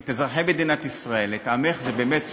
את אזרחי מדינת ישראל, את עמך, זו באמת זכות,